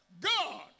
God